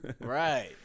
Right